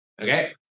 okay